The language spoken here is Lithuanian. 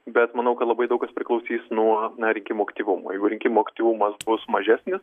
bet manau kad labai daug kas priklausys nuo na rinkimų aktyvumo jeigu rinkimų aktyvumas bus mažesnis